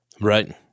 Right